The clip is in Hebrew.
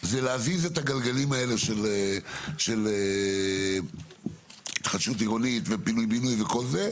זה להזיז את הגלגלים האלה של התחדשות עירונית ופינוי בינוי וכל זה.